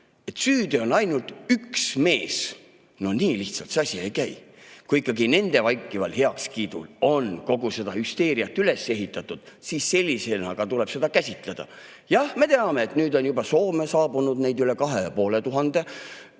süüdi on ainult üks mees – no nii lihtsalt see asi ei käi. Kui ikkagi nende vaikival heakskiidul on kogu seda hüsteeriat üles ehitatud, siis sellisena tuleb seda ka käsitleda. Jah, me teame, et nüüd on turistiviisaga neid Soome saabunud juba üle 2500,